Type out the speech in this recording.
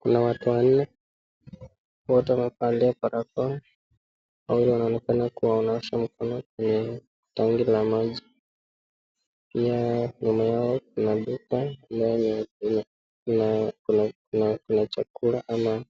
Kuna watu wanne, wote wamevalia barakoa, wawili wanaonekana kuwa wanaosha mkono kwenye tangi la maji. Pia nyuma yao Kuna duka ambayo Kuna chakula ama